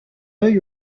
œil